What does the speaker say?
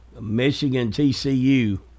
Michigan-TCU